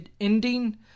ending